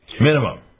Minimum